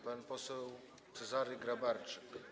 Pan poseł Cezary Grabarczyk.